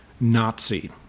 Nazi